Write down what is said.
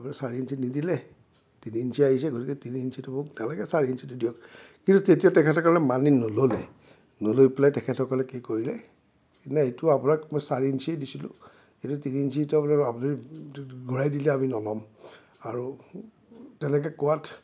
আপোনালোকে চাৰি ইঞ্চি নিদিলে তিনি ইঞ্চি আহিছে গতিকে তিনি ইঞ্চিটো মোক নালাগে চাৰি ইঞ্চিটো দিয়ক কিন্তু তেতিয়া তেখেতসকলে মানি ন'ললে ন'লৈ পেলাই তেখেতসকলে কি কৰিলে এইটো আপোনাক মই চাৰি ইঞ্চিয়ে দিছিলোঁ এইটো তিনি ইঞ্চিটো আপুনি আপোনাক এইটো ঘূৰাই দিলে আমি নল'ম আৰু তেনেকৈ কোৱাত